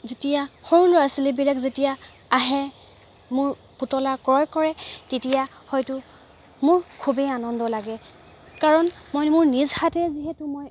যেতিয়া সৰু ল'ৰা ছোৱালীবিলাক যেতিয়া আহে মোৰ পুতলা ক্ৰয় কৰে তেতিয়া হয়তো মোৰ খুবেই আনন্দ লাগে কাৰণ মই মোৰ নিজ হাতে যিহেতু মই